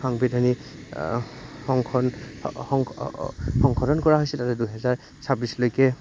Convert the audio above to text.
সাংবিধানীক কৰা হৈছে তাতে দুহেজাৰ ছাব্বিছলৈকে